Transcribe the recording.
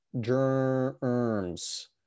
germs